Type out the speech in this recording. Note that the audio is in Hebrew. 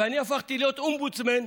ואני הפכתי להיות אומבודסמן,